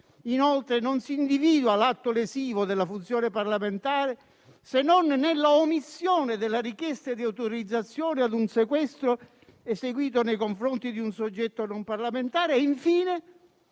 Inoltre, non si individua l'atto lesivo della funzione parlamentare se non nell'omissione della richiesta di autorizzazione a un sequestro eseguito nei confronti di un soggetto non parlamentare.